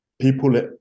people